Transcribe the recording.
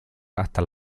hasta